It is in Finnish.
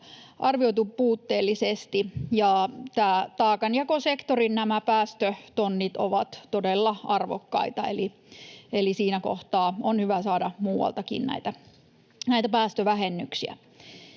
arvioitu puutteellisesti. Taakanjakosektorin päästötonnit ovat todella arvokkaita, eli siinä kohtaa on hyvä saada muualtakin näitä päästövähennyksiä.